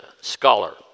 scholar